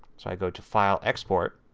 so i go to file export.